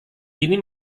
ini